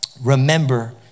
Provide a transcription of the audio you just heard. Remember